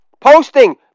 Posting